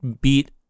beat